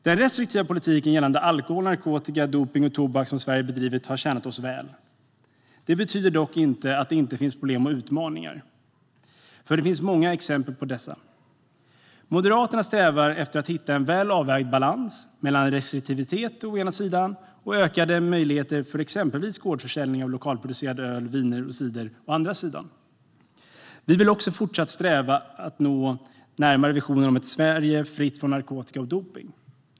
Den restriktiva politik gällande alkohol, narkotika, dopning och tobak som Sverige har bedrivit har tjänat oss väl. Det betyder dock inte att det inte finns problem och utmaningar. Det finns många exempel på sådana. Moderaterna strävar efter att hitta en väl avvägd balans mellan å ena sidan restriktivitet och å andra sidan ökade möjligheter för exempelvis gårdsförsäljning av öl, vin och cider som producerats lokalt. Vi vill också fortsatt sträva efter att nå närmare visionen om ett Sverige fritt från narkotika och dopning.